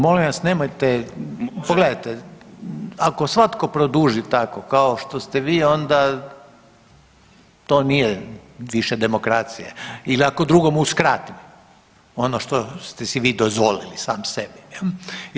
Molim vas nemojte, pogledajte, ako svatko produži tako kao što ste vi onda to nije više demokracija il ako drugom uskratim ono što ste si vi dozvolili sami sebi jel.